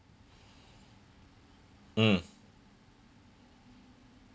mm